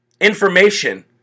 information